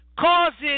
Causes